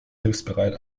hilfsbereit